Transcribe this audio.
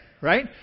right